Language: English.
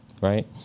right